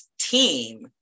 team